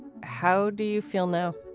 how do you feel now?